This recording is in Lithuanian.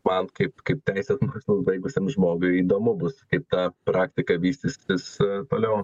man kaip kaip teisės mokslus baigusiam žmogui įdomu bus kaip ta praktika vystysis toliau